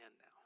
now